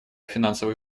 финансовых